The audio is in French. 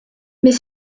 mais